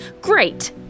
Great